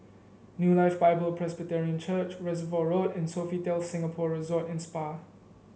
New Life Bible Presbyterian Church Reservoir Road and Sofitel Singapore Resort and Spa